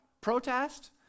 protest